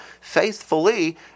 faithfully